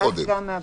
ואז גם מהבדיקה?